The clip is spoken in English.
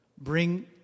bring